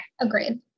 Agreed